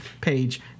page